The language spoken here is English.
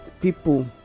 people